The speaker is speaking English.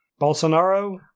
Bolsonaro